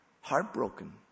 heartbroken